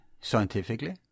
scientifically